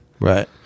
Right